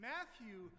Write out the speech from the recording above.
Matthew